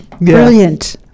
Brilliant